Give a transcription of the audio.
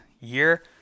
year